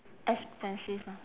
expensive lah